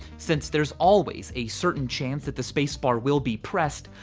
since there's always a certain chance that the space bar will be pressed,